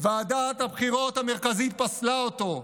ועדת הבחירות המרכזית פסלה אותו,